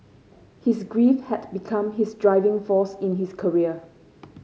his grief had become his driving force in his career